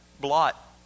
blot